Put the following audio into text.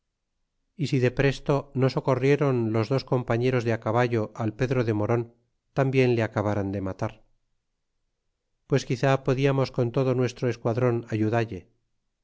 y sido presto no socorrieran los dos compañeros de caballo al pedro de moron tambien le acabaran de matar pues quizá podiamos con todo nuestro esquadron ayudalle